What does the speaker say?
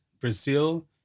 Brazil